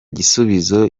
gisubizo